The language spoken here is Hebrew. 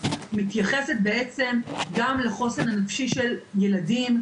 מתייחסת בעצם גם לחוסן הנפשי של ילדים,